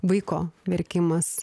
vaiko verkimas